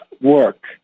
work